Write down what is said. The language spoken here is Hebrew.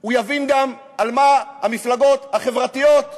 הוא יבין גם על מה המפלגות החברתיות מדברות.